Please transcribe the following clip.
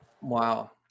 Wow